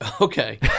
okay